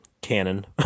canon